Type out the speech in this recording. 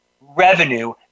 revenue